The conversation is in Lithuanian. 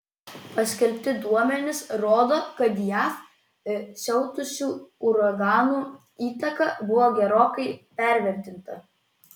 paskelbti duomenys rodo kad jav siautusių uraganų įtaka buvo gerokai pervertinta